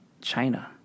China